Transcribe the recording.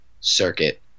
circuit